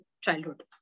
childhood